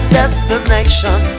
destination